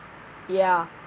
ya